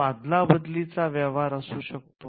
तो आदलाबदली चा व्यवहार असू शकतो